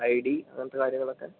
I D അങ്ങനത്തെ കാര്യങ്ങളൊക്കെ